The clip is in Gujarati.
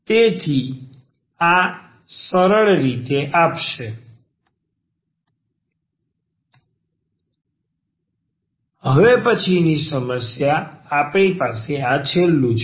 તેથી આ સરળ રીતે આપશે હવે પછીની સમસ્યામાં આપણી પાસે આ છેલ્લું છે